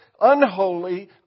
unholy